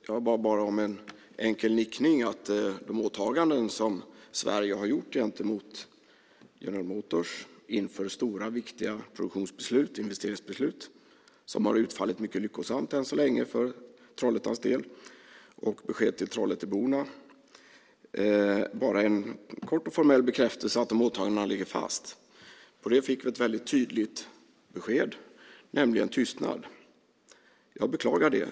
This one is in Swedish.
Jag bad bara om en enkel nickning som en kort och formell bekräftelse till Trollhätteborna på att de åtaganden som Sverige har gjort gentemot General Motors inför stora, viktiga produktions och investeringsbeslut, som har utfallit mycket lyckosamt än så länge för Trollhättans del, ligger fast. På det fick vi ett väldigt tydligt besked, nämligen tystnad. Jag beklagar det.